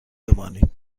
بمانید